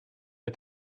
est